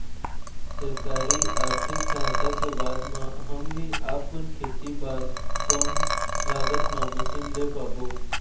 सरकारी आरथिक सहायता के बाद मा हम भी आपमन खेती बार कम लागत मा मशीन ले पाबो?